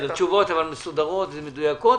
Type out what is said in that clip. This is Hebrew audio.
תשובות מסודרות ומדויקות.